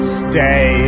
stay